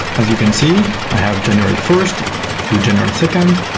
as you can see i have january first to january second,